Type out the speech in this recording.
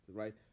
right